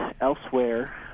elsewhere